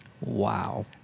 Wow